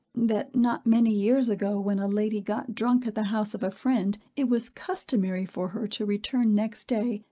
that not many years ago, when a lady got drunk at the house of a friend, it was customary for her to return next day,